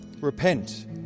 Repent